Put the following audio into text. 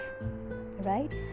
right